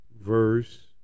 Verse